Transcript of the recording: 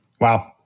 Wow